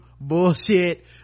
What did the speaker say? bullshit